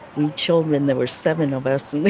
we children, there were seven of us, and we